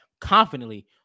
confidently